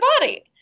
body